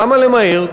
למה למהר?